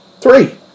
Three